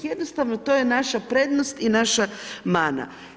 Jednostavno to je naša prednost i naša mana.